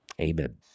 amen